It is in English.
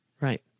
Right